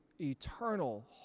eternal